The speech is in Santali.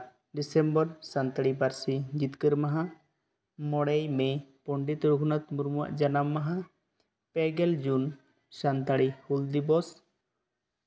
ᱵᱟᱜᱮ ᱵᱟᱨ ᱰᱤᱥᱮᱢᱵᱚᱨ ᱥᱟᱱᱛᱟᱲᱤ ᱯᱟ ᱨᱥᱤ ᱡᱤᱛᱠᱟᱹᱨ ᱢᱟᱦᱟ ᱢᱚᱬᱮᱭ ᱢᱮ ᱯᱚᱱᱰᱤᱛ ᱨᱚᱜᱷᱩᱱᱟᱛᱷ ᱢᱩᱨᱢᱩᱣᱟᱜ ᱡᱟᱱᱟᱢ ᱢᱟᱦᱟ ᱯᱮᱜᱮᱞ ᱡᱩᱱ ᱥᱟᱱᱛᱟᱲᱤ ᱦᱩᱞ ᱫᱤᱵᱚᱥ